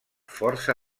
força